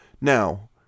Now